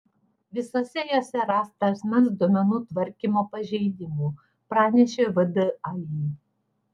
visose jose rasta asmens duomenų tvarkymo pažeidimų pranešė vdai